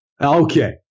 Okay